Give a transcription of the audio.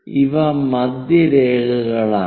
ഇവ മധ്യരേഖകളാണ്